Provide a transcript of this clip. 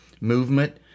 movement